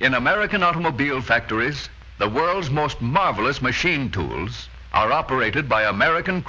in american automobile factor is the world's most marvelous machine tools are operated by american